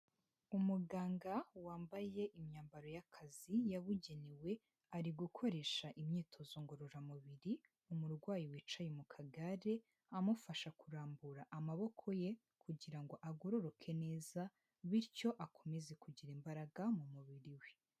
Umuganga wambaye imyambaro y'akazi yabugenewe, ari gukoresha imyitozo ngororamubiri umurwayi wicaye mu kagare, amufasha kurambura amaboko ye kugira ngo agororoke neza, bityo akomeze kugira imbaraga mu mubiri we.